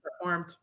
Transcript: performed